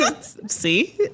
See